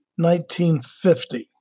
1950